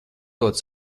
ļoti